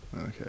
Okay